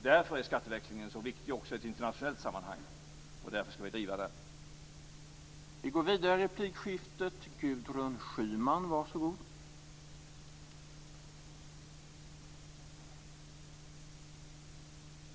Därför är skatteväxlingen så viktig också i ett internationellt sammanhang, och därför skall vi driva den frågan.